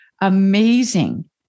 amazing